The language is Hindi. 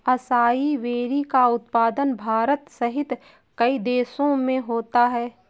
असाई वेरी का उत्पादन भारत सहित कई देशों में होता है